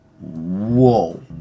Whoa